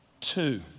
Two